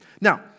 Now